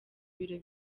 biro